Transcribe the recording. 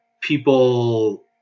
people